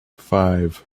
five